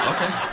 Okay